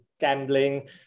gambling